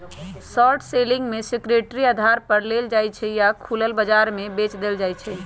short selling में security उधार पर लेल जाइ छइ आऽ खुलल बजार में बेच देल जाइ छइ